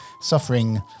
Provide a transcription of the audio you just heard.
suffering